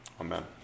amen